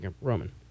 Roman